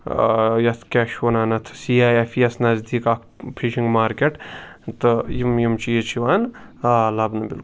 یَتھ کیاہ چھُ وَنان اَتھ سی آے ایٚف ای یَس نَزدیک اکھ پھِشِنٛگ مارکٹ تہٕ یِم یِم چیٖز چھِ یِوان لَبنہٕ بِلکُل